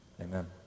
Amen